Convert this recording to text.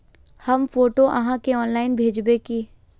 हम फोटो आहाँ के ऑनलाइन भेजबे की?